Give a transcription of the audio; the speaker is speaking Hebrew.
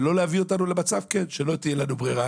ולא להביא אותנו למצב שלא תהיה לנו ברירה